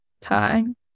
Time